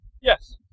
Yes